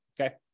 okay